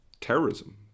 terrorism